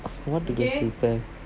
I want to do